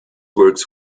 works